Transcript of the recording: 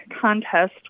contest